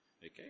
okay